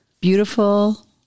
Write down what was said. beautiful